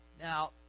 now